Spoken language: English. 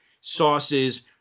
sauces